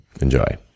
Enjoy